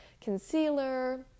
concealer